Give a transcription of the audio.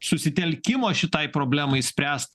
susitelkimo šitai problemai spręs